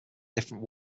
different